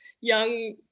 young